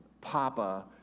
papa